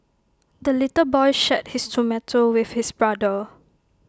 the little boy shared his tomato with his brother